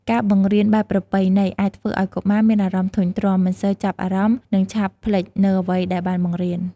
ការបង្រៀនបែបប្រពៃណីអាចធ្វើឲ្យកុមារមានអារម្មណ៍ធុញទ្រាន់ មិនសូវចាប់អារម្មណ៍ និងឆាប់ភ្លេចនូវអ្វីដែលបានបង្រៀន។